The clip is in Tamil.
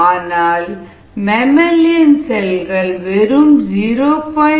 ஆனால் மம்மிலியன் செல்கள் வெறும் 0